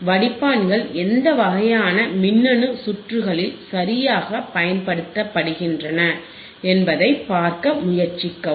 வடிப்பான்கள் எந்த வகையான மின்னணு சுற்றுகளில் சரியாகப் பயன்படுத்தப்படுகின்றன என்பதைப் பார்க்க முயற்சிக்கவும்